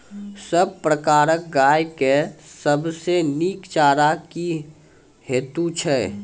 सब प्रकारक गाय के सबसे नीक चारा की हेतु छै?